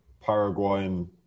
Paraguayan